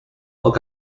look